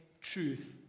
truth